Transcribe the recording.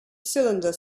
cylinder